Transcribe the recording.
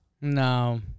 No